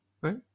right